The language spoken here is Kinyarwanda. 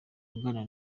aganira